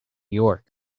york